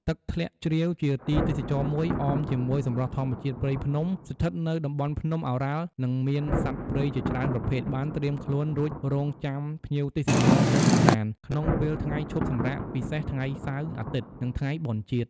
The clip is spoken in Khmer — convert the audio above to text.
ទឹកធ្លាក់ជ្រាវ ជាទីទេសចរណ៍មួយ អមជាមួយសម្រស់ធម្មជាតិព្រៃភ្នំស្ថិតនៅតំបន់ភ្នំឱរ៉ាល់ និងមានសត្វព្រៃជាច្រើនប្រភេទ បានត្រៀមខ្លួនរួចរង់ចាំភ្ញៀវទេសចរទៅកម្សាន្ត ក្នុងពេលថ្ងៃឈប់សម្រាកពិសេសថ្ងៃសៅរ៍ អាទិត្យនិងថ្ងៃបុណ្យជាតិ ។